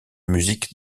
musique